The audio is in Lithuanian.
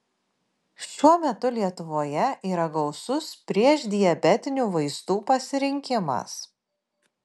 šiuo metu lietuvoje yra gausus priešdiabetinių vaistų pasirinkimas